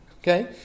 okay